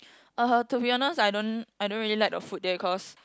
uh to be honest I don't I don't really like the food there cause